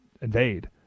invade